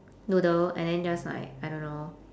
noodle and then just like I don't know